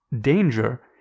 Danger